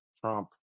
trump